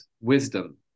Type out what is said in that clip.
wisdom